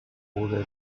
over